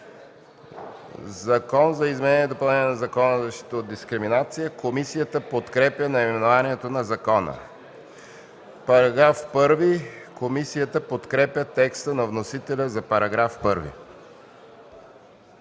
„Закон за изменение и допълнение на Закона за защита от дискриминация”. Комисията подкрепя наименованието на закона. Комисията подкрепя текста на вносителя за § 1.